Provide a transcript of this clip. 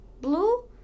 blue